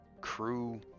crew